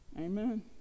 Amen